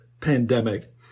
pandemic